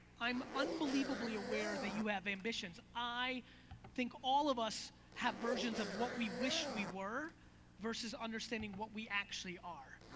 i'm unbelievably aware that you have ambitions. i think all of us have versions of what we wish we were versus understanding what we actually are.